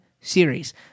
series